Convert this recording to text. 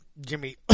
Jimmy